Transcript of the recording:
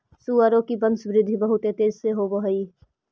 सुअरों की वंशवृद्धि बहुत तेजी से होव हई